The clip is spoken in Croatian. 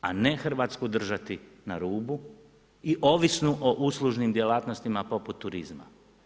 A ne Hrvatsku držati na rubu i ovisnu o uslužnim djelatnostima poput turizma.